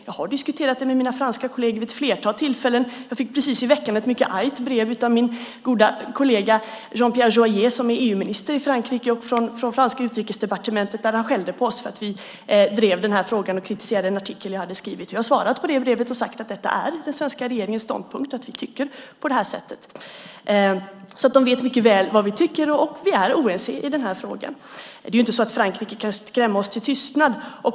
Jag har diskuterat det med mina franska kolleger vid ett flertal tillfällen, och precis i veckan fick jag ett mycket argt brev från det franska utrikesdepartementet och min goda kollega Jean-Pierre Jouyet, som är EU-minister i Frankrike, där han skällde på oss för att vi drev frågan. Han kritiserade även en artikel jag har skrivit. Jag har svarat på brevet och sagt att detta är den svenska regeringens ståndpunkt och att vi tycker så här. De vet alltså mycket väl vad vi tycker, och vi är oense i frågan. Det är inte så att Frankrike kan skrämma oss till tystnad.